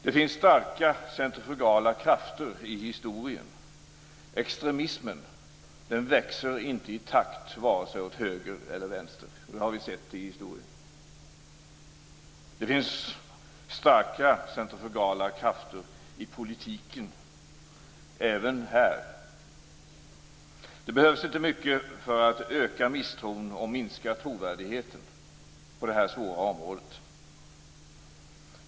Det finns starka centrifugala krafter i historien. Extremismen växer inte i takt, vare sig åt höger eller vänster. Det har vi sett i historien. Det finns starka centrifugala krafter i politiken - även här. Det behövs inte mycket för att öka misstron och minska trovärdigheten på detta svåra område.